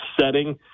setting